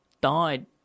died